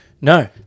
No